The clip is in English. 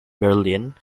berlin